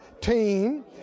team